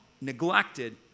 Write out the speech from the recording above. neglected